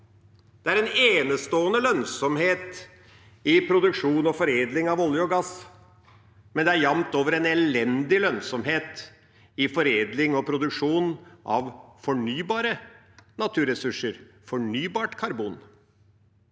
Det er enestående lønnsomhet i produksjon og foredling av olje og gass, men det er jamt over en elendig lønnsomhet i foredling og produksjon av fornybare naturressurser, fornybart karbon.